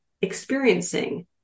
experiencing